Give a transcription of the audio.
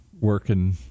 working